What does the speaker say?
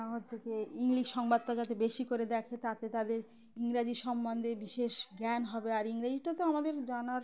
হচ্ছে কি ইংলিশ সংবাদটা যাতে বেশি করে দেখে তাতে তাদের ইংরাজি সম্বন্ধে বিশেষ জ্ঞান হবে আর ইংরোজিটা তো আমাদের জানার